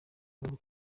ntabwo